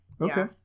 Okay